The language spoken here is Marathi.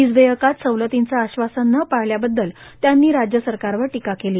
वीज देयकात सवलतीचं आश्वासन न पाळल्याबद्दल त्यांनी राज्य सरकारवर टीका केली